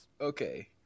Okay